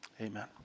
Amen